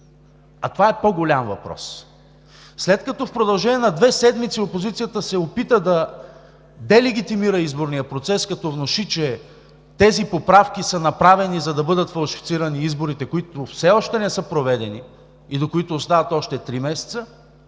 а този е по-голям въпрос. След като в продължение на две седмици опозицията се опита да делегитимира изборния процес, като внуши, че тези поправки са направени, за да бъдат фалшифицирани изборите, които все още не са проведени и до които остават още три месеца,